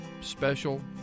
special